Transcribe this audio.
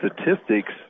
statistics